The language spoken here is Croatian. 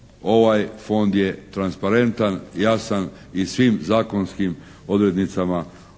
Ovaj Fond je transparentan, jasan i svim zakonskim odrednicama osiguran.